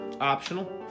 Optional